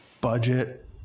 budget